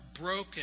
broken